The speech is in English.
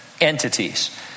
entities